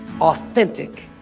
authentic